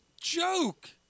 joke